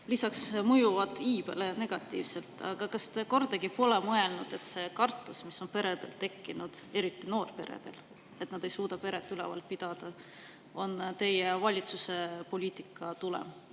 mõjuvad iibele negatiivselt. Kas te pole kordagi mõelnud, et see kartus, mis on peredel tekkinud, eriti noorperedel, et nad ei suuda peret üleval pidada, on teie valitsuse poliitika tulem?